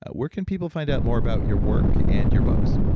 ah where can people find out more about your work and your books?